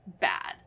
bad